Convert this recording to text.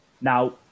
Now